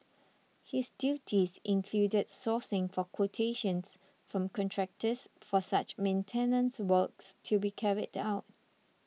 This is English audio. his duties included sourcing for quotations from contractors for such maintenance works to be carried out